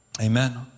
Amen